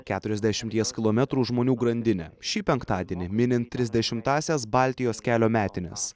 keturiasdešimties kilometrų žmonių grandinę šį penktadienį minim trisdešimtąsias baltijos kelio metines